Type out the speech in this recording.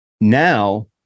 now